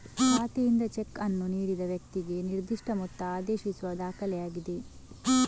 ಖಾತೆಯಿಂದ ಚೆಕ್ ಅನ್ನು ನೀಡಿದ ವ್ಯಕ್ತಿಗೆ ನಿರ್ದಿಷ್ಟ ಮೊತ್ತ ಆದೇಶಿಸುವ ದಾಖಲೆಯಾಗಿದೆ